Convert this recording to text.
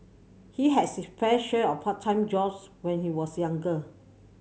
he had pressure of part time jobs when he was younger